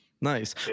Nice